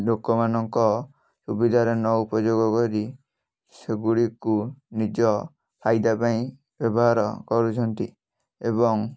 ଲୋକମାନଙ୍କ ସୁବିଧାରେ ନ ଉପଯୋଗ କରି ସେଗୁଡ଼ିକୁ ନିଜ ଫାଇଦା ପାଇଁ ବ୍ୟବହାର କରୁଛନ୍ତି ଏବଂ